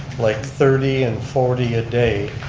like thirty and forty a day,